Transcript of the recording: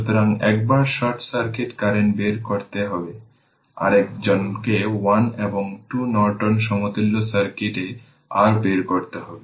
সুতরাং একবার short circuit current বের করতে হবে আরেকজনকে 1 এবং 2 নর্টন সমতুল্য সার্কিট এ r বের করতে হবে